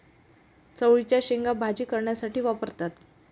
चवळीच्या शेंगा भाजी करण्यासाठी वापरतात